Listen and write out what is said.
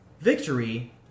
Victory